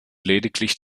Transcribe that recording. lediglich